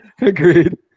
Agreed